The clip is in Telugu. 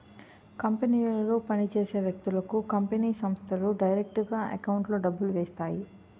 కంపెనీలో పని చేసే వ్యక్తులకు కంపెనీ సంస్థలు డైరెక్టుగా ఎకౌంట్లో డబ్బులు వేస్తాయి